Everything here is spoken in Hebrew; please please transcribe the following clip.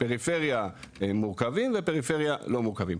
פריפריה מורכבים ופריפריה לא מורכבים.